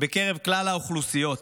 בקרב כלל האוכלוסיות,